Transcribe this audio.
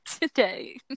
today